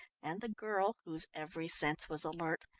and the girl, whose every sense was alert,